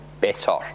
better